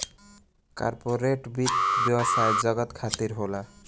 corporate वित्त व्यवसाय जगत खातिर होला